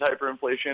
hyperinflation